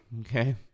Okay